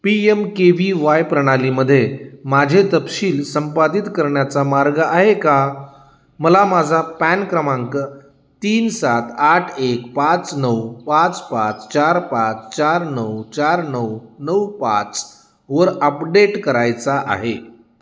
P M K V Y प्रणालीमध्ये माझे तपशील संपादित करण्याचा मार्ग आहे का मला माझा पॅन क्रमांक तीन सात आठ एक पाच नऊ पाच पाच चार पाच चार नऊ चार नऊ नऊ पाचवर अपडेट करायचा आहे